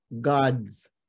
God's